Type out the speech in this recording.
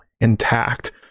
intact